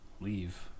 leave